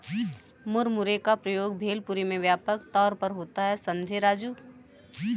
मुरमुरे का प्रयोग भेलपुरी में व्यापक तौर पर होता है समझे राजू